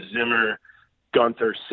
Zimmer-Gunther